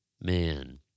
man